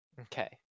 Okay